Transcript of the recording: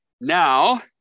now